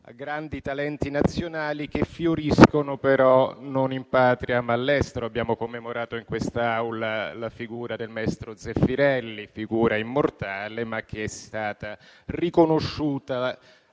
grandi talenti nazionali, che fioriscono non in Patria, ma all'estero. Abbiamo commemorato in quest'Aula la figura del maestro Zeffirelli, figura immortale, ma che è stata riconosciuta